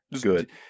Good